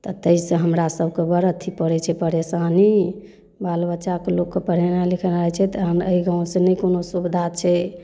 तऽ तैसँ हमरा सभके बड़ अथी पड़ै छै परेशानी बाल बच्चाके लोकके पढ़ेनाइ लिखेनाइ छै तऽ हमरा अइ गाँवसँ नहि कोनो सुविधा छै